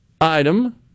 item